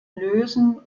lösen